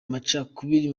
amacakubiri